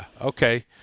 Okay